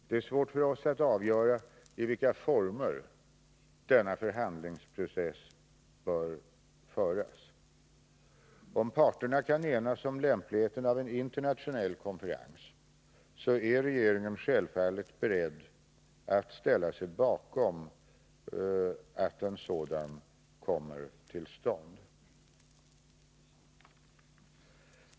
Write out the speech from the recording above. Det är svårt för oss att avgöra i vilka former denna förhandlingsprocess bör föras. Om parterna kan enas om lämpligheten av en internationell konferens, är regeringen självfallet beredd att verka för att en sådan kommer till stånd.